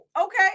okay